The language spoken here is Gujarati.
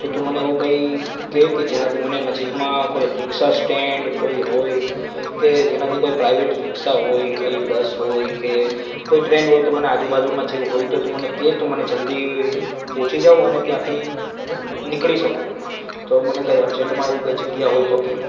તો તું મને એવું કંઈ કહે કે જેનાથી મને નજીકમાં કોઈ રીક્ષા સ્ટેન્ડ કોઈ હોય તે જેનાથી કોઈ પ્રાઇવેટ રીક્ષા હોય કઈ બસ હોય કે કોઈ ટ્રેન હોય તો મને આજુબાજુમાં જેવું હોય તો તું મને કહે તો મને જલ્દી પહોંચી જાઉં અને ત્યાંથી હું નીકળી શકું તો મને કંઈ અર્જન્ટમાં એવું કંઈ જગ્યા હોય તો કહે